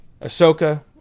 Ahsoka